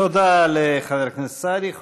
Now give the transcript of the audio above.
תודה לחבר הכנסת סעדי.